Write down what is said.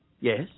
Yes